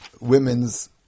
women's